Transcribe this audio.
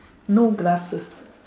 no glasses